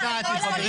ואת יודעת את זה,